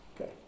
Okay